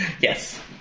Yes